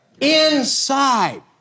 Inside